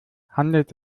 handelt